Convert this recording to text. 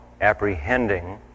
apprehending